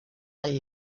del